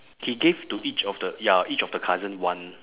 he gave to each of the ya each of the cousin one